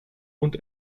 und